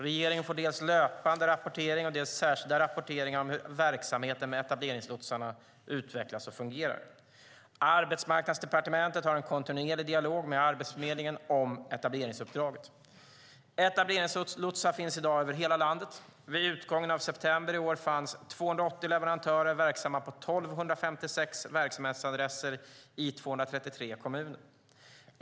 Regeringen får dels löpande rapportering, dels särskilda rapporteringar om hur verksamheten med etableringslotsarna utvecklas och fungerar. Arbetsmarknadsdepartementet har en kontinuerlig dialog med Arbetsförmedlingen om etableringsuppdraget. Etableringslotsar finns i dag över hela landet. Vid utgången av september i år fanns 280 leverantörer verksamma på 1 256 verksamhetsadresser i 233 kommuner.